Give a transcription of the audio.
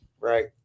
Right